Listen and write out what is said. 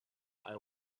eye